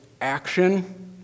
action